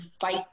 fight